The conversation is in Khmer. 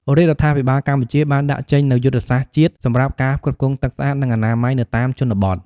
រាជរដ្ឋាភិបាលកម្ពុជាបានដាក់ចេញនូវ យុទ្ធសាស្ត្រជាតិ សម្រាប់ការផ្គត់ផ្គង់ទឹកស្អាត និងអនាម័យនៅតាមជនបទ។